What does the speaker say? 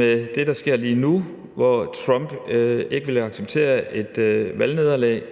med det, der sker lige nu, hvor Trump ikke vil acceptere et valgnederlag